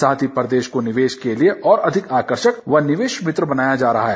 साथ ही प्रदेश को निवेश के लिए और अधिक आकर्षक व निवेश मित्र बनाया जा रहा है